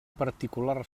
particular